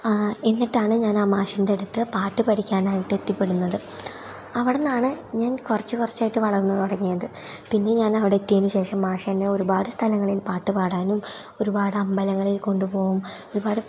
എന്നിട്ടാണ് ഞാനാ മാഷിൻ്റെ അടുത്ത് പാട്ട് പഠിക്കാനായിട്ട് എത്തിപ്പെടുന്നത് അവിടുന്നാണ് ഞാൻ കുറച്ച് കുറച്ചായിട്ട് വളർന്നു തുടങ്ങിയത് പിന്നെ ഞാൻ അവിടെയെത്തിയതിനു ശേഷം മാഷ് എന്നെ ഒരുപാട് സ്ഥലങ്ങളിൽ പാട്ടു പാടാനും ഒരുപാട് അമ്പലങ്ങളിൽ കൊണ്ട് പോകും ഒരുപാട്